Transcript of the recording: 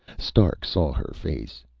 stark saw her face.